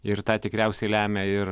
ir tą tikriausiai lemia ir